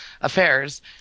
affairs